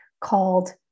called